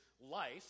life